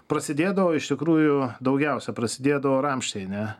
prasidėdavo iš tikrųjų daugiausia prasidėdavo ramšteine